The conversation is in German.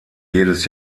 jedes